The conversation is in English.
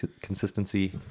consistency